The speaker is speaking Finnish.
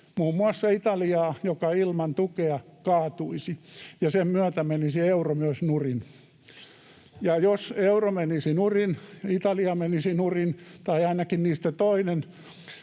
muun muassa Italiaa, joka ilman tukea kaatuisi, ja sen myötä menisi euro myös nurin. Ja jos euro menisi nurin ja Italia menisi nurin — tai ainakin niistä toinen